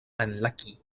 unlucky